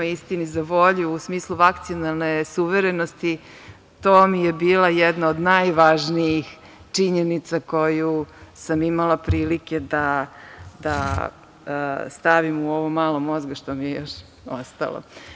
Istini za volju, u smislu vakcinalne suverenosti to mi je bila jedna od najvažnijih činjenica koju sam imala prilike da stavim u ovo malo mozga što mi je još ostalo.